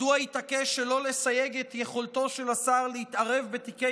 מדוע התעקש שלא לסייג את יכולתו של השר להתערב בתיקי